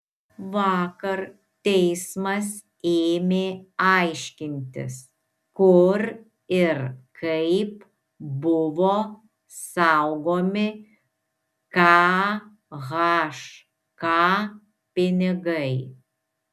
vakar teismas ėmė aiškintis kur ir kaip buvo saugomi khk pinigai